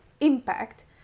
impact